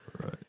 Right